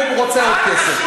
והוא רוצה עוד כסף.